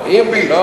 לא.